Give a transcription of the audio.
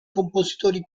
compositori